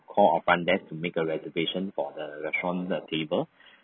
call our front desk to make a reservation for the restaurant the table